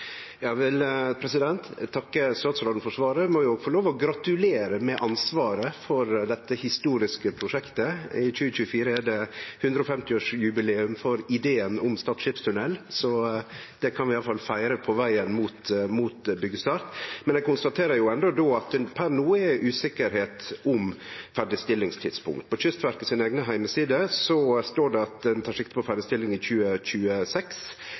statsråden for svaret, og eg må få lov til å gratulere med ansvaret for dette historiske prosjektet. I 2024 er det 150-årsjubileum for ideen om Stad skipstunnel, så det kan vi iallfall feire på vegen mot byggestart. Men eg konstaterer at det per no er uvisse om ferdigstillingstidspunkt. På Kystverkets eigne heimesider står det at ein tek sikte på ferdigstilling i